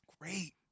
great